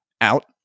out